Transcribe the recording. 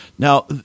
Now